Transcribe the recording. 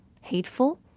hateful